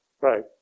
Right